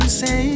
say